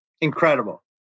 incredible